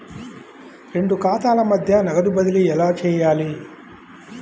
రెండు ఖాతాల మధ్య నగదు బదిలీ ఎలా చేయాలి?